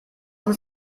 uns